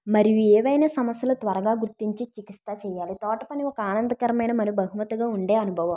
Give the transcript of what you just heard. మరియు ఏవైనా సమస్యలు త్వరగా గుర్తించి చికిత్స చేయాలి తోట పని ఒక ఆనందకరమైన మరియు బహుమతిగా ఉండే అనుభవం